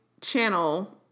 channel